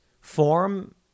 form